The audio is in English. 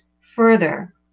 further